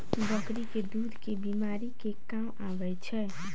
बकरी केँ दुध केँ बीमारी मे काम आबै छै?